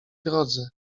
drodze